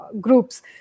groups